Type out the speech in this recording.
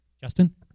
Justin